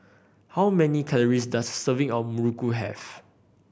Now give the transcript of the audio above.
how many calories does a serving of muruku have